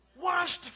Washed